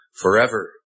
forever